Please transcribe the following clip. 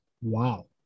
Wow